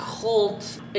cult